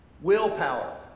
Willpower